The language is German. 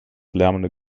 lärmende